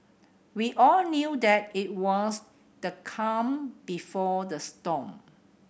we all knew that it was the calm before the storm